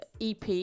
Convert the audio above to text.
EP